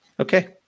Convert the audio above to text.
Okay